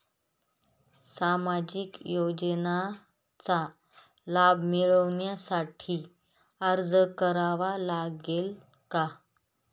सामाजिक योजनांचा लाभ मिळविण्यासाठी अर्ज करावा लागेल का?